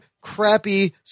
crappy